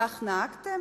כך נהגתם?